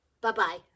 Bye-bye